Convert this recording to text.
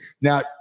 now